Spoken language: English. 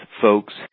folks